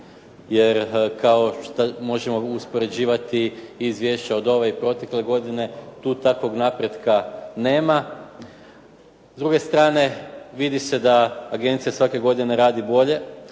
jer kao što možemo uspoređivati izvješća od ove i protekle godine tu takvog napretka nema. S druge strane, vidi se da agencija svake godine radi bolje,